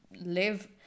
live